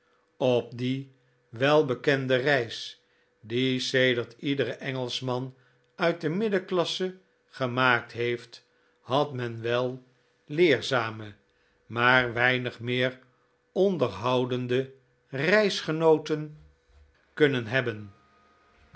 op die welbekende reis die sedert iedere engeischman uit de middenklasse gemaakt heeft had men wel leerzamere maar weinig meer onderhoudende reisgenooten kunnen hebben